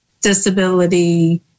disability